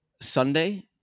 Sunday